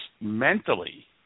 mentally